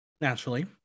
Naturally